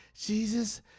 Jesus